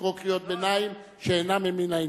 לקרוא קריאות ביניים שאינן ממין העניין.